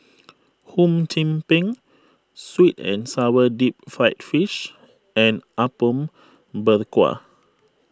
Hum Chim Peng Sweet and Sour Deep Fried Fish and Apom Berkuah